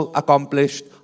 accomplished